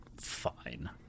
fine